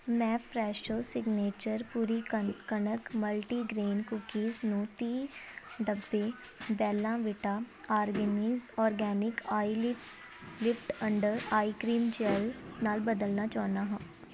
ਮੈਂ Fresho signature ਪੂਰੀ ਕਣਕ ਮਲਟੀਗ੍ਰੇਨ ਕੂਕੀਜ਼ ਨੂੰ ਤੀਹ ਡੱਬੇ Bella Vita organic organic eyelift under eye cream gel ਨਾਲ ਬਦਲਣਾ ਚਾਹੁੰਦਾ ਹਾਂ